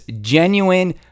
genuine